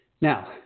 Now